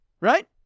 right